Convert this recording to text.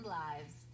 lives